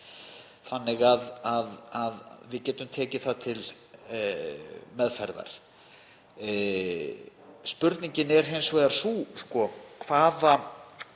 þannig að við getum tekið það til meðferðar. Spurningin er hins vegar sú hvort